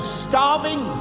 starving